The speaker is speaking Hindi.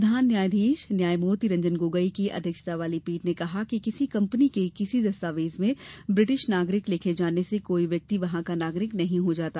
प्रधान न्यायाधीश न्यायमूर्ति रंजन गोगोई की अध्यक्षता वाली पीठ ने कहा कि किसी कंपनी के किसी दस्तावेज में ब्रिटिश नागरिक लिखे जाने से कोई व्यक्ति वहां का नागरिक नहीं हो जाता